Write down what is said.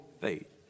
faith